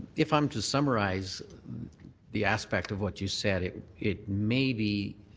if i'm to summarize the aspect of what you said, it it may be